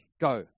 Go